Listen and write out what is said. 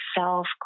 self